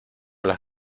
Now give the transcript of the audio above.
las